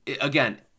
again